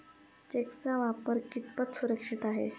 चेकचा वापर कितपत सुरक्षित आहे?